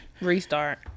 Restart